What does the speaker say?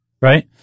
Right